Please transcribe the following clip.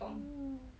uh